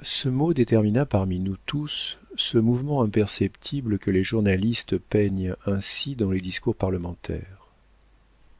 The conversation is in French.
ce mot détermina parmi nous tous ce mouvement imperceptible que les journalistes peignent ainsi dans les discours parlementaires